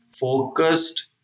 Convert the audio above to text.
focused